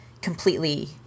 completely